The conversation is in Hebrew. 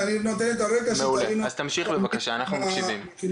אני נותן את הרקע שתבינו מבחינה ארכיאולוגית.